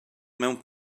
mewn